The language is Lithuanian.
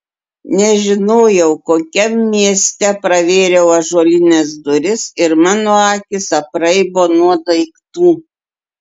nežinojau kokiam mieste pravėriau ąžuolines duris ir mano akys apraibo nuo daiktų